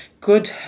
good